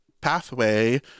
pathway